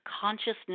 consciousness